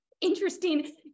interesting